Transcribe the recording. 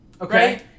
Okay